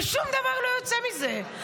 ושום דבר לא יוצא מזה,